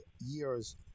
years